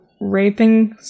raping